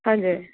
हजुर